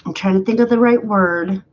um trying to think of the right word